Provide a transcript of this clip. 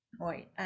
right